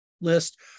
list